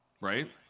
right